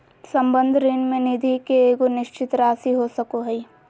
संबंध ऋण में निधि के एगो निश्चित राशि हो सको हइ